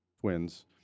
twins